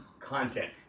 content